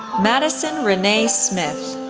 madison renee smith,